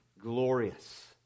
glorious